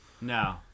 No